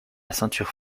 ceinture